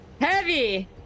Heavy